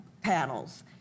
panels